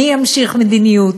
מי ימשיך מדיניות?